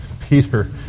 Peter